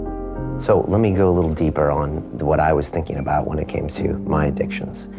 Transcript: so let me go a little deeper on what i was thinking about when it came to my addictions.